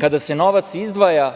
kada se novac izdvaja